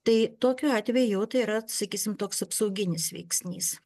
tai tokiu atveju tai yra sakysim toks apsauginis veiksnys